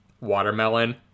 watermelon